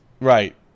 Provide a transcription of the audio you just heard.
Right